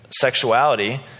sexuality